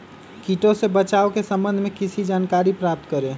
किटो से बचाव के सम्वन्ध में किसी जानकारी प्राप्त करें?